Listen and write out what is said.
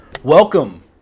Welcome